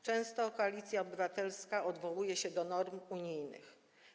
Często Koalicja Obywatelska odwołuje się do norm unijnych.